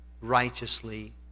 righteously